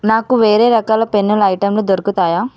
నాకు వేరే రకాల పెన్నులు ఐటెంలు దొరుకుతాయా